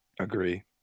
Agree